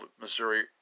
Missouri